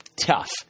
tough